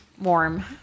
warm